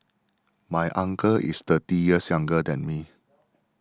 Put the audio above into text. my uncle is thirty years younger than me